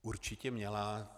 Určitě měla.